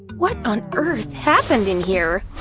what on earth happened in here?